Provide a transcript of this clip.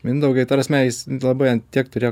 mindaugai ta prasme jis labai ant tiek turėjo